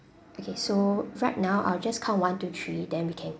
okay so right now I'll just count one two three then we can